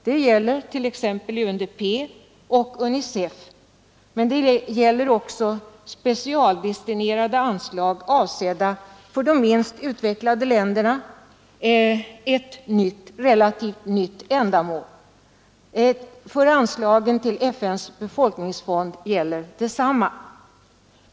Detta gäller t.ex. UNDP och UNICEF, men det gäller också specialdestinerade anslag avsedda för de minst utvecklade länderna — ett relativt nytt ändamål. För anslagen till FN:s befolkningsfond gäller detsamma.